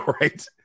Right